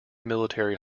military